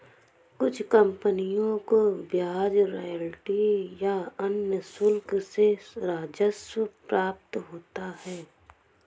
कुछ कंपनियों को ब्याज रॉयल्टी या अन्य शुल्क से राजस्व प्राप्त होता है